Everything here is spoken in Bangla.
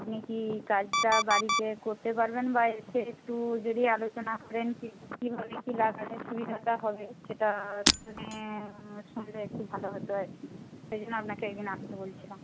আপনি কি কাজটা বাড়িতে করতে পারবেন বা এসে একটু যদি আলোচনা করেন কীভাবে কী লাগালে সুবিধাটা হবে সেটা শুনে শুনলে একটু ভালো হত আর কি সেই জন্য আপনাকে একদিন আসতে বলছিলাম